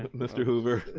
ah mr. hoover.